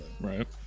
right